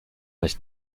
nicht